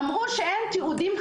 אמרו שאין תיעודים.